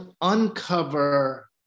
uncover